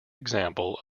example